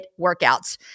workouts